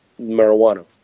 marijuana